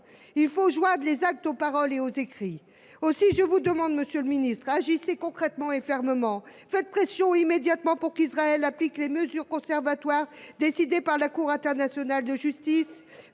Il faut joindre les actes aux paroles et aux écrits. Aussi, je vous le demande, monsieur le ministre : agissez concrètement et fermement. Faites immédiatement pression pour qu’Israël applique les mesures conservatoires décidées par la Cour internationale de justice